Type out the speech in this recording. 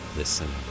listen